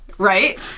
Right